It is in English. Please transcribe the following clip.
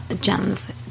gems